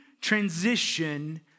transition